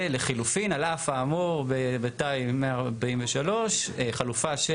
ולחילופין, על אף האמור ב-143 חלופה של